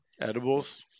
Edibles